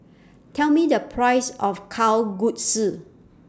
Tell Me The Price of Kalguksu